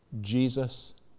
Jesus